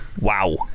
wow